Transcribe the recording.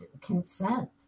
consent